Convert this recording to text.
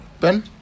Ben